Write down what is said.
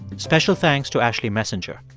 special thanks to ashley messenger.